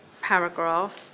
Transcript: paragraph